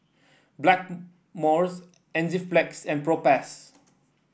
Blackmores Enzyplex and Propass